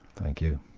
thank you.